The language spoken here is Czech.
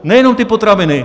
Nejenom ty potraviny.